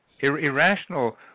irrational